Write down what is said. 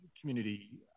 community